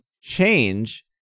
change